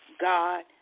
God